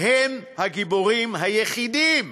הם הגיבורים היחידים